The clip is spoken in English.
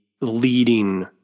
leading